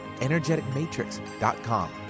energeticmatrix.com